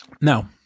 Now